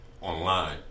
online